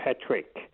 Patrick